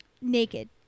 naked